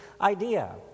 idea